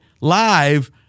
live